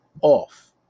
off